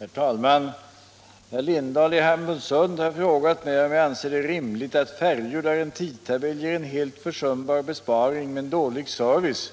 Herr talman! Herr Lindahl i Hamburgsund har frågat mig om jag anser det rimligt att färjor, där en tidtabell ger en helt försumbar besparing men dålig service,